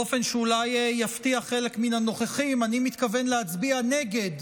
באופן שאולי יפתיע חלק מן הנוכחים אני מתכוון להצביע נגד